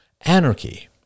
Anarchy